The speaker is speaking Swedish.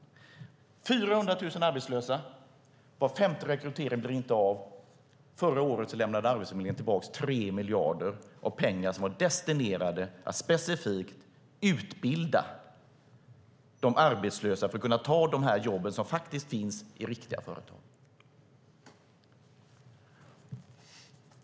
Vi har 400 000 arbetslösa, var femte rekrytering blir inte av och förra året lämnade Arbetsförmedlingen tillbaka 3 miljarder som var specifikt riktade för att utbilda arbetslösa till att kunna ta de jobb som finns i riktiga företag.